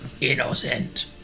Innocent